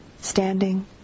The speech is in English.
standing